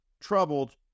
troubled